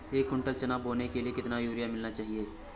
एक कुंटल चना बोने के लिए कितना यूरिया मिलाना चाहिये?